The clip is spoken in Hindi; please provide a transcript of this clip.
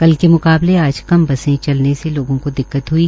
कल के मुकाबले आज कम बसे चलाने से लोगों को दिक्कत ह्ई